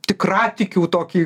tikratikių tokį